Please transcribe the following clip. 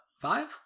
five